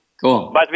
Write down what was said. Cool